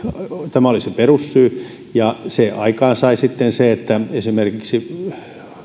tämä oli se perussyy ja se aikaansai sitten sen että esimerkiksi